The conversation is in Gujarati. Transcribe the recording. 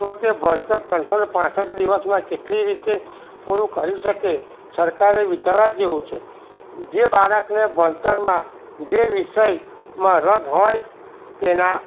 તો તે ભણતર ત્રણસોને પાંસઠ દિવસમાં કેટલી રીતે પૂરું કરી શકે સરકારે વિચારવા જેવું છે જે બાળકને ભણતરમાં જે વિષયમાં રસ હોય તેના